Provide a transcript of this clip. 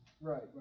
right